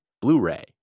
Blu-ray